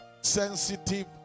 sensitive